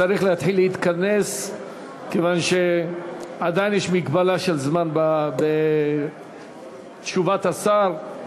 צריך להתחיל להתכנס כיוון שעדיין יש מגבלה של זמן בתשובת השר,